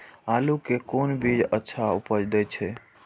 आलू के कोन बीज अच्छा उपज दे छे?